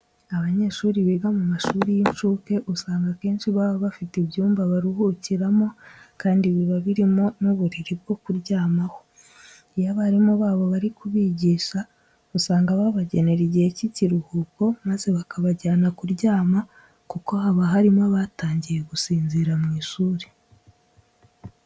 Abanyeshuri biga mu mashuri y'incuke usanga akenshi baba bafite ibyumba baruhukiramo kandi biba birimo n'uburiri bwo kuryamaho. Iyo abarimu babo bari kubigisha usanga babagenera igihe cy'ikiruhuko maze bakabajyana kuryama kuko haba harimo abatangiye gusinzirira mu ishuri.